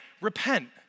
repent